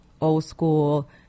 old-school